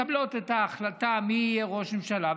מקבלות את ההחלטה מי יהיה ראש ממשלה,